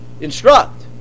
instruct